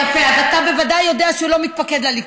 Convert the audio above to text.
יפה, אז אתה ודאי יודע שהוא לא מתפקד לליכוד.